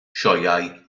sioeau